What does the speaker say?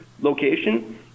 location